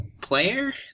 player